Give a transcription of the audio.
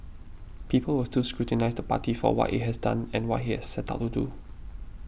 people will still scrutinise the party for what it has done and what it has set out to do